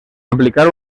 aplicar